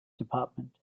department